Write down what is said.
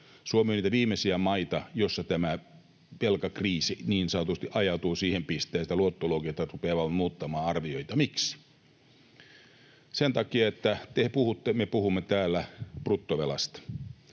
Suomi on niitä viimeisiä maita, joissa tämä velkakriisi niin sanotusti ajautuu siihen pisteeseen, että luottoluokittajat rupeavat muuttamaan arvioita. Miksi? Sen takia, että te puhutte ja me puhumme täällä bruttovelasta,